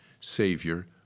Savior